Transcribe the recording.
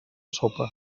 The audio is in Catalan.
sopa